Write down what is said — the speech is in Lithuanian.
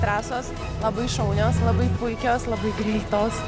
trasos labai šaunios labai puikios labai greitos